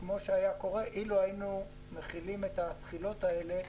כמו שהיה קורה אילו הינו מחילים את זה מעכשיו.